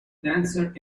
dancers